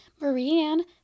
Marie-Anne